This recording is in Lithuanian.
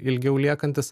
ilgiau liekantis